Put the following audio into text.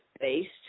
based